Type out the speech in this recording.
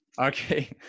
okay